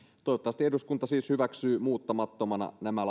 toivottavasti eduskunta siis hyväksyy muuttamattomana nämä